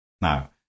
Now